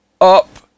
up